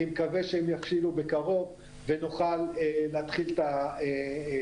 אני מקווה שהם יבשילו בקרוב ונוכל להתחיל את התכנון